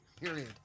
period